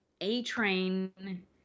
A-Train